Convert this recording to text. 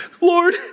Lord